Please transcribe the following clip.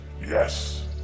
Yes